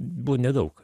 buvo nedaug